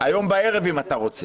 היום בערב אם אתה רוצה,